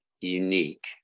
unique